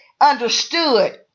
understood